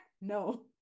no